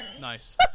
Nice